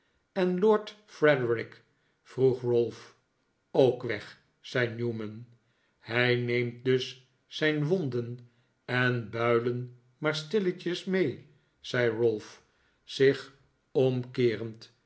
en lord frederik vroeg ralph ook weg zei newman hij neemt dus zijn wonden en builen maar stilletjes mee zei ralph zich omkeerend